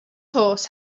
horse